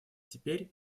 теперь